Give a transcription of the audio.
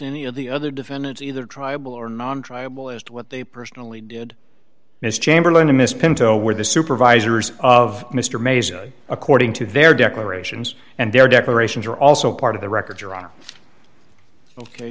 any of the other defendants either tribal or non tribal as to what they personally did ms chamberlain to miss pinto were the supervisors of mr mays according to their declarations and their declarations are also part of the record